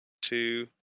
two